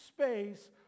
space